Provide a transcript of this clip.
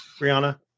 Brianna